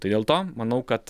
tai dėl to manau kad